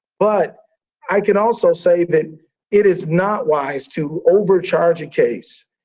but i can also say that it is not wise to overcharge a case,